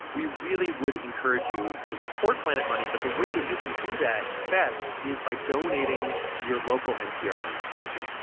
we really would encourage you to support planet money. but the way that you can do that best is by donating to your local npr member station.